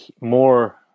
more